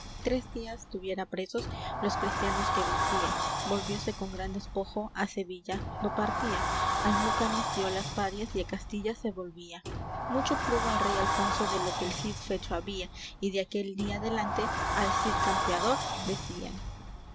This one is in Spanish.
tres días tuviera presos los cristianos que vencía volvióse con gran despojo á sevilla do partía almucanis dió las parias y á castilla se volvía mucho plugo al rey alfonso de lo que el cid fecho había y de aquel día adelante al cid campeador